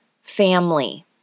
family